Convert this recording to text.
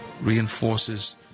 reinforces